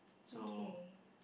so